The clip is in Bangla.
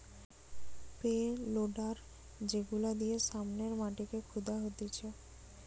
পে লোডার যেগুলা দিয়ে সামনের মাটিকে খুদা হতিছে